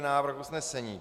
Návrh usnesení: